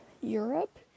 Europe